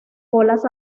colas